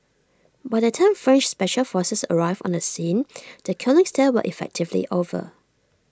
by the time French special forces arrived on the scene the killings there were effectively over